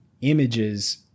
images